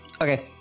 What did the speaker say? Okay